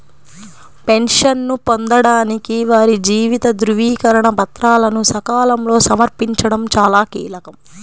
పెన్షన్ను పొందడానికి వారి జీవిత ధృవీకరణ పత్రాలను సకాలంలో సమర్పించడం చాలా కీలకం